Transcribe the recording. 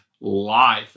life